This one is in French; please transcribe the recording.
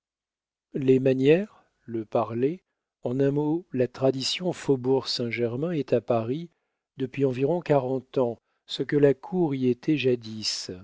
les manières le parler en un mot la tradition faubourg saint-germain est à paris depuis environ quarante ans ce que la cour y était jadis